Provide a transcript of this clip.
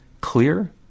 clear